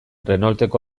renaulteko